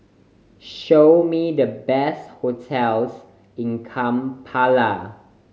show me the best hotels in Kampala